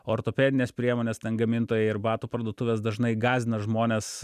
ortopedinės priemonės ten gamintojai ir batų parduotuvės dažnai gąsdina žmones